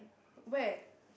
where